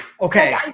Okay